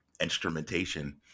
instrumentation